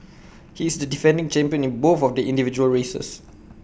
he is the defending champion in both of the individual races